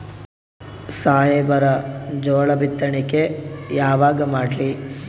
ಸಾಹೇಬರ ಜೋಳ ಬಿತ್ತಣಿಕಿ ಯಾವಾಗ ಮಾಡ್ಲಿ?